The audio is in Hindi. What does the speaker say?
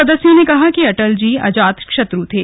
सदस्यों ने कहा कि अटल जी अजातशत्र् थे